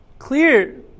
clear